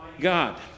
God